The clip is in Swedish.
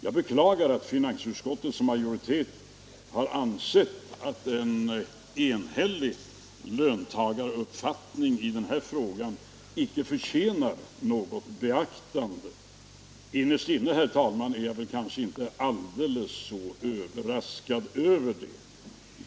Jag beklagar att finansutskottets majoritet har ansett att en enhällig löntagaruppfattning i denna fråga icke förtjänar något beaktande. Innerst inne är jag väl inte, herr talman, så överraskad över det.